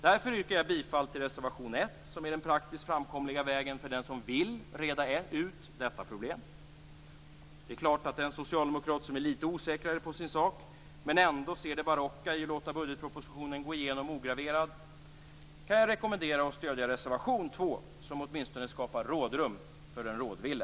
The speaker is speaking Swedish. Därför yrkar jag bifall till reservation 1, som är den praktiskt framkomliga vägen för den som vill reda ut detta problem. Den socialdemokrat som är lite osäkrare på sin sak, men ändå ser det barocka i att låta budgetpropositionen gå igenom ograverad, kan jag rekommendera att stödja reservation 2, som åtminstone skapar rådrum för den rådville.